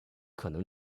可能